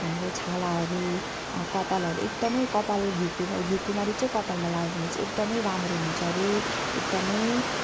हाम्रो छालाहरू कपालहरू एकदमै कपाल घिउकु घिउकुमारी चाहिँ कपालमा लायो भने चाहिँ एकदमै राम्रो हुन्छ अरे एकदमै